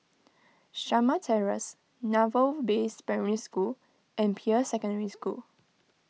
Shamah Terrace Naval Base Primary School and Peirce Secondary School